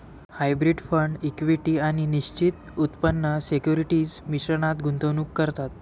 hybrid fund equity आणि निश्चित उत्पन्न सिक्युरिटीज मिश्रणात गुंतवणूक करतात